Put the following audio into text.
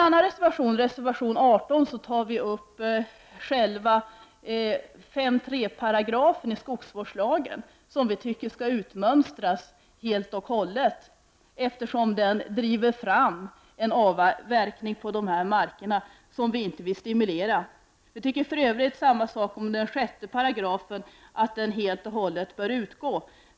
I reservation 18 tar miljöpartiet ensamt upp 5 § 3 skogsvårdslagen, som vi tycker skall utmönstras helt och hållet, eftersom den driver fram en avverkning på markerna som vi inte vill stimulera. Vi anser för övrigt samma sak om 6§, dvs. att den helt och hållet bör utgå.